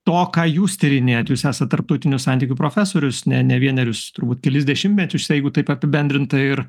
to ką jūs tyrinėjat jūs esat tarptautinių santykių profesorius ne ne vienerius turbūt kelis dešimtmečius jeigu taip apibendrintai ir